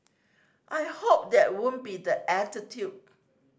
I hope that won't be the attitude